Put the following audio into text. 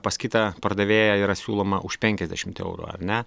pas kitą pardavėją yra siūloma už penkiasdešimt eurų ar ne